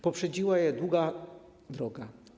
Poprzedziła je długa droga.